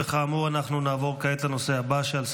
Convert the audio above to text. כאמור, אנחנו נעבור כעת לנושא הבא שעל סדר-היום,